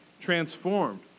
transformed